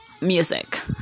music